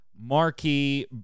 marquee